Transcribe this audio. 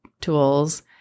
tools